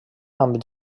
amb